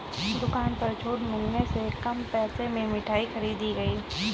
दुकान पर छूट मिलने से कम पैसे में मिठाई खरीदी गई